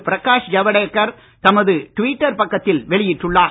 பிரகாஷ் ஜவடேகர் தமது ட்விட்டர் பக்கத்தில் வெளியிட்டுள்ளார்